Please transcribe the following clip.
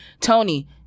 Tony